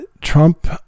Trump